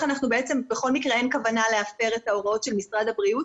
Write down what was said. בכל מקרה אין כוונה להפר את ההוראות של משרד הבריאות,